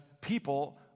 people